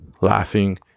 laughing